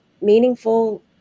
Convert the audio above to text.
meaningful